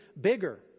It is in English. bigger